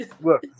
Look